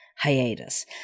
Hiatus